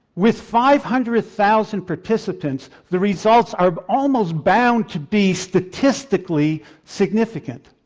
with five hundred thousand participants the results are almost bound to be statistically significant,